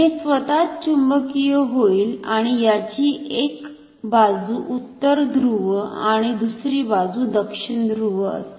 हे स्वतःच चुंबकीय होईल आणि याची एक बाजु उत्तर ध्रुव आणि दुसरी बाजु दक्षिण ध्रुव असेल